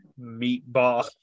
meatball